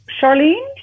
Charlene